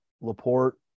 LaPorte